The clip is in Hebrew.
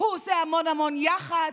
הוא עושה המון המון יח"צ.